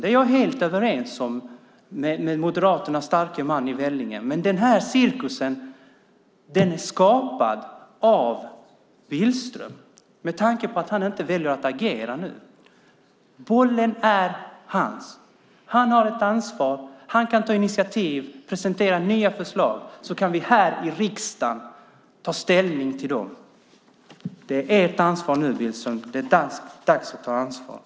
Det är jag helt överens med Moderaternas starke man i Vellinge om, men den här cirkusen är skapad av Billström eftersom han inte väljer att agera nu. Bollen är hans. Han har ett ansvar. Han kan ta initiativ och presentera nya förslag. Då kan vi här i riksdagen ta ställning till dem. Det är ert ansvar nu, Billström. Det är dags att ta det ansvaret!